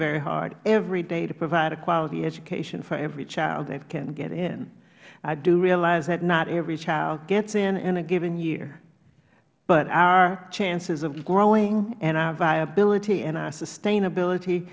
very hard every day to provide a quality education for every child that can get in i do realize that not every child gets in in a given year but our chances of growing and our viability and our sustainability